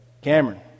Cameron